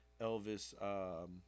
Elvis